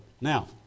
now